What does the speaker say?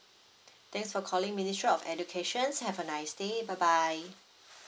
thanks for calling ministry of education have a nice day bye bye